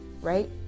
right